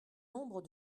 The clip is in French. nombre